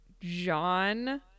John